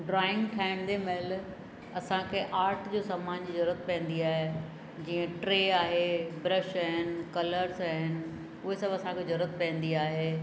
drawing ठाहींदे महिल असांखे आर्ट जो समान जी ज़रूरत पवंदी आहे जीअं टे आहे ब्रश आहिनि कलर्स आहिनि उहे सभु असांखे ज़रूरत पवंदी आहे